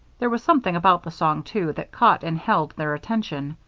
there was something about the song, too, that caught and held their attention.